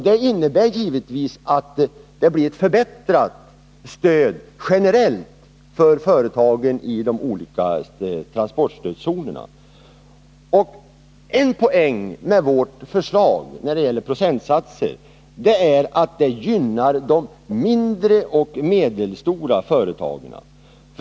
Det innebär givetvis att det generellt sett blir ett förbättrat stöd för företagen i de olika transportstödszonerna. En poäng med vårt förslag när det gäller procentsatserna är att det gynnar de mindre och medelstora företagen.